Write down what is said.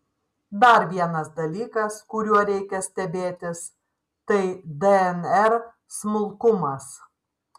dar vienas dalykas kuriuo reikia stebėtis tai dnr smulkumas